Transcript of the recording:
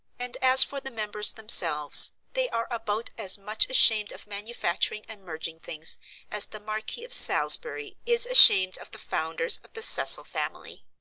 and as for the members themselves, they are about as much ashamed of manufacturing and merging things as the marquis of salisbury is ashamed of the founders of the cecil family.